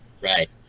Right